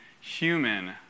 human